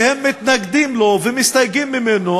שהם מתנגדים לזה ומסתייגים ממנו,